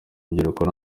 by’ukuri